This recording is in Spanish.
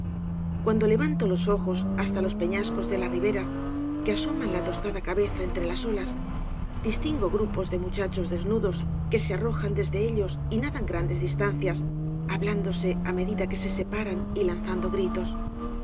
cuando levanto los ojos hasta los peñascos de la ribera que asoman la tostada cabeza entre las olas distingo grupos de muchachos desnudos que se arrojan desde ellos y nadan grandes distancias hablándose á medida que se separan y lanzando gritos